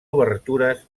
obertures